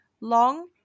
long